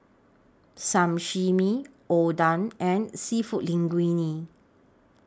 Sashimi Oden and Seafood Linguine